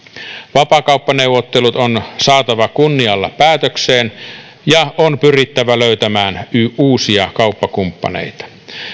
vapaakauppaneuvottelut on saatava kunnialla päätökseen ja on pyrittävä löytämään uusia kauppakumppaneita